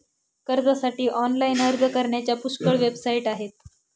कर्जासाठी ऑनलाइन अर्ज करण्याच्या पुष्कळ वेबसाइट आहेत